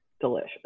delicious